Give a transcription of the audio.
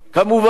כמובן.